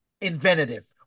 inventive